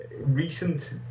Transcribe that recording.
recent